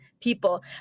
people